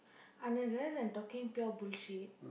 Anand rather than talking pure bullshit